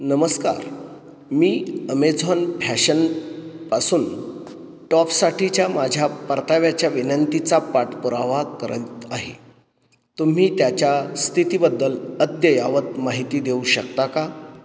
नमस्कार मी अमेझॉन फॅशनपासून टॉपसाठीच्या माझ्या परताव्याच्या विनंतीचा पाठपुरावा करत आहे तुम्ही त्याच्या स्थितीबद्दल अद्ययावत माहिती देऊ शकता का